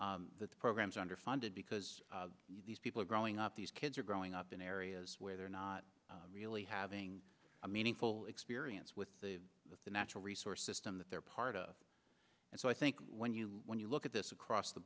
more that the programs are underfunded because these people are growing up these kids are growing up in areas where they're not really having a meaningful experience with the natural resource system that they're part of and so i think when you when you look at this across the